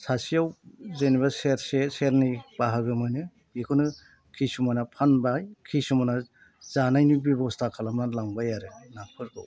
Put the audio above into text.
सासेयाव जेनेबा सेरसे सेरनै बाहागो मोनो बेखौनो खिसुमाना फानबाय खिसुमाना जानायनि बेब'स्था खालामनानै लांबाय आरो नाफोरखौ